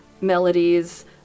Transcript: melodies